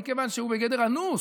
מכיוון שהוא בגדר אנוס.